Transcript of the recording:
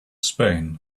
spain